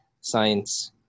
science